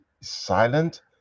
silent